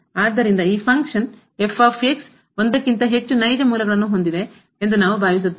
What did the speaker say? ಆದ್ದರಿಂದ ಈ ಫಂಕ್ಷನ್ ಕಾರ್ಯವು ಒಂದಕ್ಕಿಂತ ಹೆಚ್ಚು ನೈಜ ಮೂಲಗಳನ್ನು ಹೊಂದಿದೆ ಎಂದು ನಾವು ಭಾವಿಸುತ್ತೇವೆ